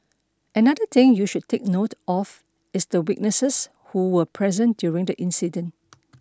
another thing you should take note of is the witnesses who were present during the incident